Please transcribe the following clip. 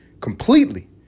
completely